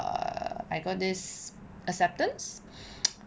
uh I got this acceptance